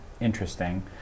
interesting